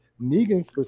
Negan's